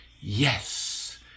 Yes